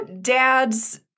dads